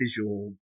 visual